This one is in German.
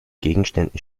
gegenständen